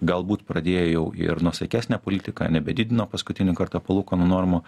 galbūt pradėjo jau ir nuosaikesnę politiką nebedidino paskutinį kartą palūkanų normų